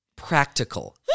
practical